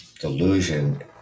delusion